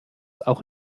auch